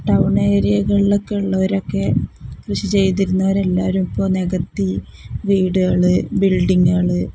town ഏരിയകളിലൊക്കെ ഉള്ളവരൊക്കെ കൃഷി ചെയ്തിരുന്നവർ എല്ലാവരും ഇപ്പോൾ നികത്തി വീടുകൾ ബിൽഡിംഗുകൾ